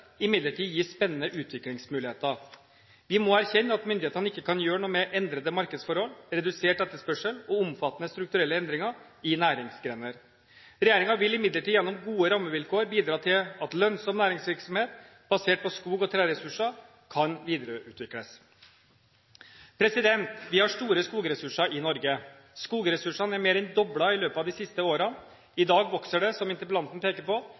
imidlertid gi spennende utviklingsmuligheter. Vi må erkjenne at myndighetene ikke kan gjøre noe med endrede markedsforhold, redusert etterspørsel og omfattende strukturelle endringer i næringsgrener. Regjeringen vil imidlertid gjennom gode rammevilkår bidra til at lønnsom næringsvirksomhet basert på skog- og treressurser kan videreutvikles. Vi har store skogressurser i Norge. Skogressursene er mer enn doblet i løpet av de siste årene. I dag vokser det, som interpellanten peker på,